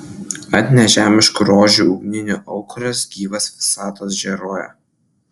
ant nežemiškų rožių ugninių aukuras gyvas visatos žėruoja